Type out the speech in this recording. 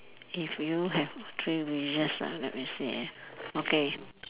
if you have three wishes ah let me see okay